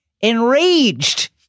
Enraged